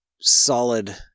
solid